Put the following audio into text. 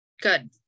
Good